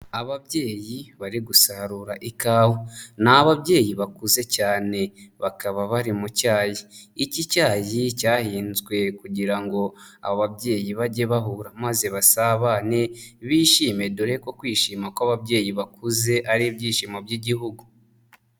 Ababyeyi bari gusarura ikawa, ni ababyeyi bakuze cyane, bakaba bari mu cyayi, iki cyayi cyahinzwe kugira ngo ababa babyeyi bajye bahura maze basabane bishime dore ko kwishima kw'ababyeyi bakuze ari ibyishimo by'igihugu.